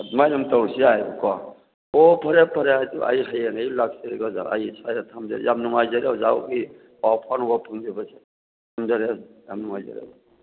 ꯑꯗꯨꯃꯥꯏꯅ ꯑꯗꯨꯝ ꯇꯧꯔꯁꯨ ꯌꯥꯏꯌꯦꯕꯀꯣ ꯑꯣ ꯐꯔꯦ ꯐꯔꯦ ꯑꯗꯨ ꯑꯩ ꯍꯌꯦꯡ ꯑꯌꯨꯛ ꯂꯥꯛꯆꯔꯒꯦ ꯑꯣꯖꯥ ꯑꯩ ꯁ꯭ꯋꯥꯏꯗ ꯊꯝꯖꯔꯒꯦ ꯌꯥꯝ ꯅꯨꯡꯉꯥꯏꯖꯔꯦ ꯑꯣꯖꯥꯒꯤ ꯄꯥꯎ ꯐꯥꯎꯅꯕ ꯐꯪꯖꯕꯁꯦ ꯊꯝꯖꯔꯦ ꯑꯣꯖꯥ ꯌꯥꯝ ꯅꯨꯡꯉꯥꯏꯖꯔꯦ ꯑꯣꯖꯥ